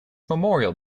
memorial